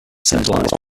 symbolize